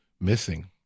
missing